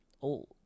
old